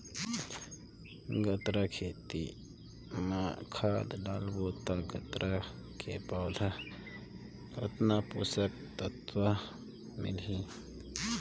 गन्ना के खेती मां खाद डालबो ता गन्ना के पौधा कितन पोषक तत्व मिलही?